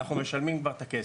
ואנחנו משלמים כבר את הכסף.